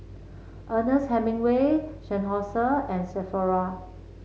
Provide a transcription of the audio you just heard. Ernest Hemingway Seinheiser and Sephora